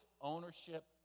ownership